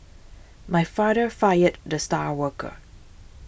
my father fired the star worker